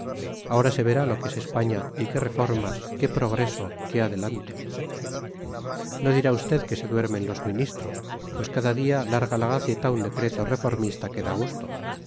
ahora se verá lo que es españa y qué reformas qué progreso qué adelantos no dirá usted que se duermen los ministros pues cada día larga la gaceta un decreto reformista que da gusto